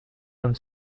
comme